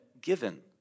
given